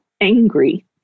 angry